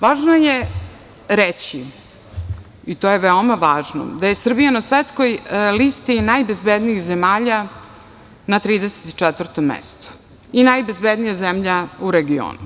Važno je reći da je Srbija na svetskoj listi najbezbednijih zemalja na 34. mestu i najbezbednija zemlja u regionu.